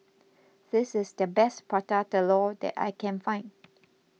this is the best Prata Telur that I can find